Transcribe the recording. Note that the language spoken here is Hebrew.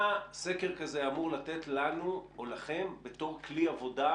מה סקר כזה אמור לתת לנו או לכם בתור כלי עבודה,